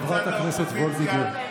חברת הכנסת וולדיגר.